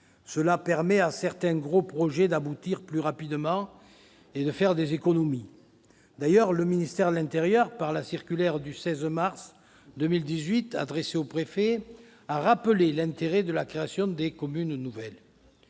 Cela permet à certains gros projets d'aboutir plus rapidement et de faire des économies. D'ailleurs, le ministère de l'intérieur, par la circulaire du 16 mars 2018 adressée aux préfets, a rappelé l'intérêt de la création de communes nouvelles.